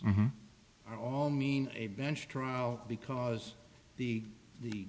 all mean a bench trial because the the